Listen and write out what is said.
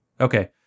Okay